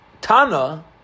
tana